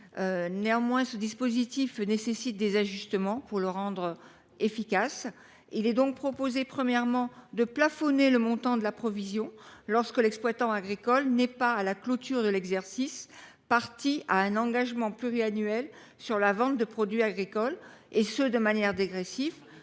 lait. Ce dispositif nécessite des ajustements pour être pleinement efficace. Premièrement, il est proposé de plafonner le montant de la provision lorsque l’exploitant agricole n’est pas, à la clôture de l’exercice, partie à un engagement pluriannuel sur la vente de produits agricoles, et ce de manière dégressive.